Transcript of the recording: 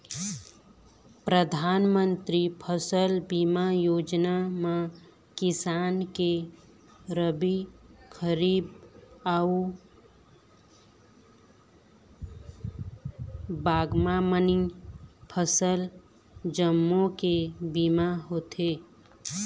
परधानमंतरी फसल बीमा योजना म किसान के रबी, खरीफ अउ बागबामनी फसल जम्मो के बीमा होथे